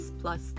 Plus